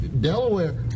Delaware